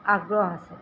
আগ্ৰহ আছে